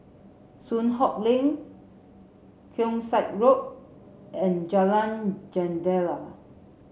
Soon Hock Lane Keong Saik Road and Jalan Jendela